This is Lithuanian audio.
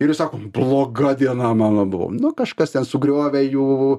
ir jis sako bloga diena mano buvo nu kažkas ten sugriovė jų